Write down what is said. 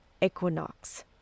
equinox